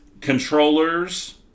controllers